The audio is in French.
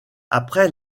après